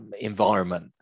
environment